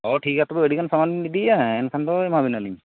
ᱚ ᱴᱷᱤᱠ ᱜᱮᱭᱟ ᱛᱚᱵᱮ ᱟᱹᱰᱤ ᱜᱟᱱ ᱥᱟᱢᱟᱱ ᱵᱤᱱ ᱤᱫᱤᱭᱮᱫᱼᱟ ᱮᱱᱠᱷᱟᱱ ᱫᱚ ᱮᱢᱟᱵᱮᱱᱟᱞᱤᱧ